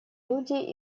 люди